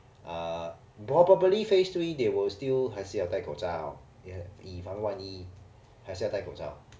uh but probably phase three they will still 还是要戴口罩以防万一还是要戴口罩